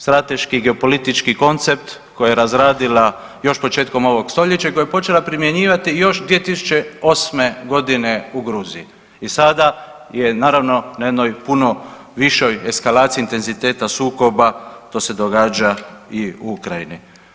Strateški, geopolitički koncept koji je razradila još početkom ovog stoljeća i koji je počela primjenjivati još 2008.g. u Gruziji i sada je naravno na jednoj puno višoj eskalaciji intenziteta sukoba, to se događa i Ukrajini.